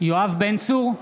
יואב בן צור,